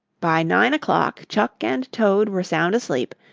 by nine o'clock chuck and toad were sound asleep,